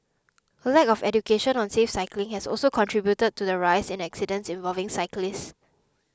a lack of education on safe cycling has also contributed to the rise in accidents involving cyclists